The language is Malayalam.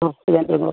ടൂറിസ്റ്റ് കേന്ദ്രങ്ങൾ